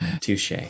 Touche